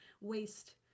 waste